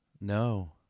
No